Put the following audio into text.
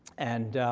and